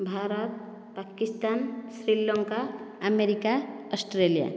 Bharat Pakistan Sri Lanka America Australia